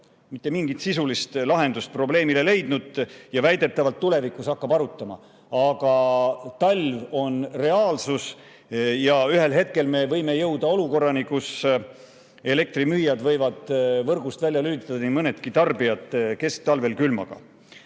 mitte mingit sisulist lahendust probleemile leidnud ja väidetavalt tulevikus hakkab arutama. Aga talv on reaalsus. Ühel hetkel me võime jõuda olukorrani, kus elektrimüüjad võivad kesktalvel külmaga võrgust välja lülitada nii mõnedki tarbijad. Edasi, väga